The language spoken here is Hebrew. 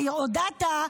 והודעת,